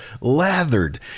lathered